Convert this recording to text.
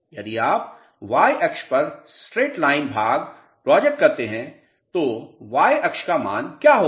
यदि आप y अक्ष पर स्ट्रेट लाइन भाग प्रोजेक्ट करते हैं तो y अक्ष का मान क्या होगा